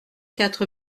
quatre